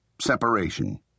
Separation